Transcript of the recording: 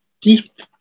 deep